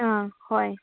ꯑꯥ ꯍꯣꯏ